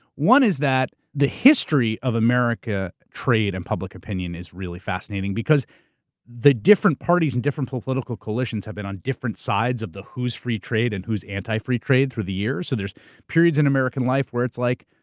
one is that the history of american trade and public opinion is really fascinating because the different parties and different political coalitions have been on different sides of the who's free trade and who's anti-free trade through the years. so there's periods in american life where it's like,